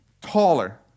taller